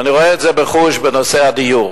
ואני רואה את זה בייחוד בנושא הדיור.